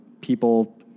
people